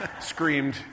screamed